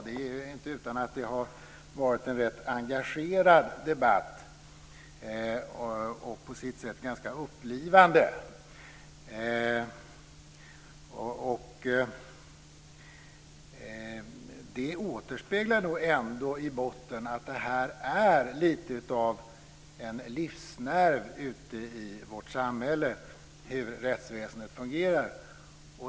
Det är inte utan att det har varit en rätt engagerad debatt och på sitt sätt ganska upplivande. Den återspeglar ändå i botten att det är lite av en livsnerv ute i vårt samhälle hur rättsväsendet fungerar.